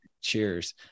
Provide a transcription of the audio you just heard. Cheers